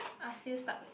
are still stuck with it